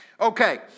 Okay